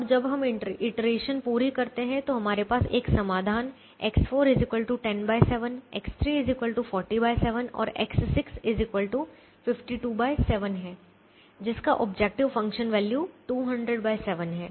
अब जब हम इटरेशन पूरी करते हैं तो हमारे पास एक समाधान X4 107 X3 407 और X6 527 है जिसका ऑब्जेक्टिव फ़ंक्शन वैल्यू 2007 है